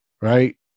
right